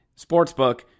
Sportsbook